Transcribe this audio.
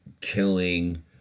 killing